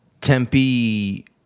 Tempe